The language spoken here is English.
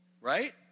right